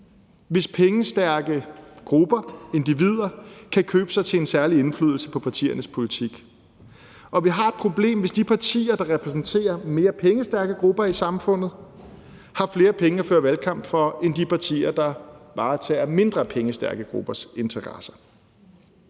hvis pengestærke grupper og individer kan købe sig til en særlig indflydelse på partiernes politik, og vi har et problem, hvis de partier, der repræsenterer mere pengestærke grupper i samfundet, har flere penge at føre valgkamp for end de partier, der varetager mindre pengestærke gruppers interesser.